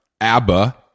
abba